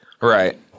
Right